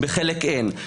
בחלק אין.